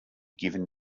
given